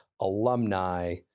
alumni